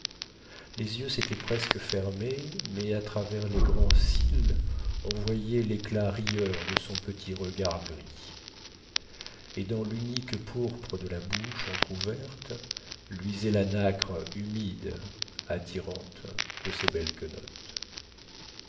les yeux sétaient presque fermés mais à travers les grands cils on voyait léclat rieur de son petit regard gris et dans lunique pourpre de la bouche entrouverte luisait la nacre humide attirante de ses belles quenottes